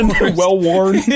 Well-worn